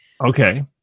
Okay